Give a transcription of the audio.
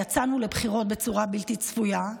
יצאנו לבחירות בצורה בלתי צפויה.